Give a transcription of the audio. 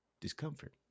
discomfort